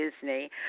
Disney